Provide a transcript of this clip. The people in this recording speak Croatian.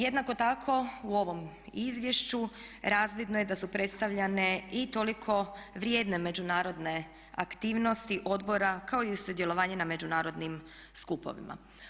Jednako tako u ovom izvješću razvidno je da su predstavljane i toliko vrijedne međunarodne aktivnosti odbora kao i uz sudjelovanje na međunarodnim skupovima.